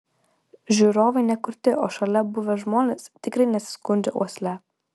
žiūrovai ne kurti o šalia buvę žmonės tikrai nesiskundžia uosle